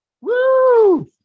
Woo